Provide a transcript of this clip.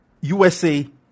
USA